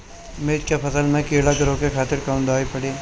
मिर्च के फसल में कीड़ा के रोके खातिर कौन दवाई पड़ी?